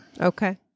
Okay